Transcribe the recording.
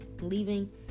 leaving